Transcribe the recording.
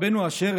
רבנו אשר,